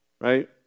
right